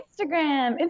Instagram